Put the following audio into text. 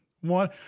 One